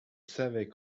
savais